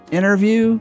interview